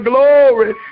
Glory